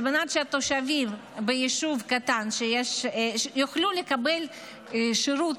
על מנת שהתושבים ביישוב קטן יוכלו לקבל שירות